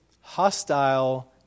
hostile